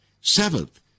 Seventh